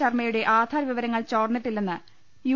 ശർമ്മയുടെ ആധാർ വിവരങ്ങൾ ചോർന്നിട്ടില്ലെന്ന് യു